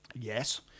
yes